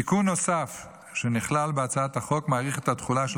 תיקון נוסף שנכלל בהצעת החוק מאריך את התחולה של